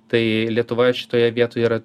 tai lietuva šitoje vietoj yra